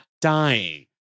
dying